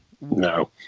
No